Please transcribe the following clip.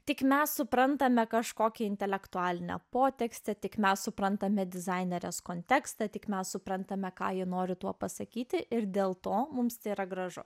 tik mes suprantame kažkokį intelektualinę potekstę tik mes suprantame dizainerės kontekstą tik mes suprantame ką ji nori tuo pasakyti ir dėl to mums tai yra gražu